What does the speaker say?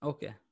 Okay